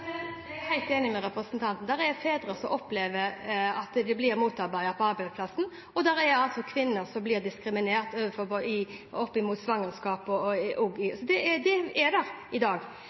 Jeg er helt enig med representanten. Det finnes fedre som opplever at de blir motarbeidet på arbeidsplassen, og det finnes kvinner som blir diskriminert opp mot svangerskap. Det er der i dag. Men jeg har ikke tro på at å øke til flere kvoter er det